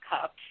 Cups